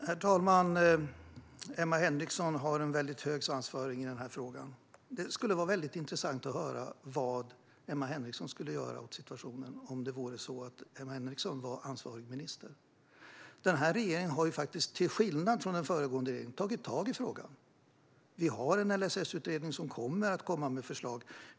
Herr talman! Emma Henriksson har en väldigt hög svansföring i denna fråga. Det skulle vara intressant att höra vad Emma Henriksson skulle göra åt situationen om det vore så att hon var ansvarig minister. Den här regeringen har faktiskt, till skillnad från den föregående regeringen, tagit tag i frågan. Vi har en LSS-utredning som kommer att komma med förslag.